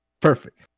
perfect